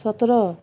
ସତର